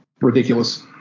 ridiculous